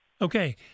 Okay